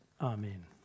Amen